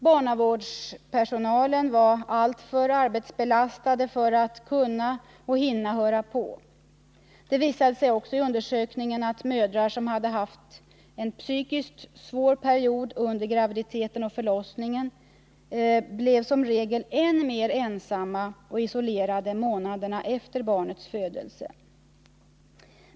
Barnavårdspersonalen var alltför arbetsbelastad för att kunna och hinna höra på. Det visade sig också i och förlossningsundersökningen att mödrar som hade haft en psykiskt svår period under vård graviditeten och förlossningen som regel blev än mer ensamma och isolerade månaderna efter barnets födelse.